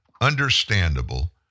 understandable